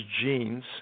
genes